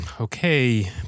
okay